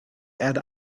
add